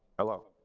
hello.